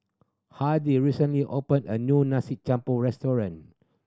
Hardie recently opened a new nasi restaurant